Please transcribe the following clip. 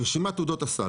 אה, רשימת תעודות הסל.